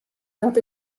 dat